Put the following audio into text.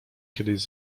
kiedyś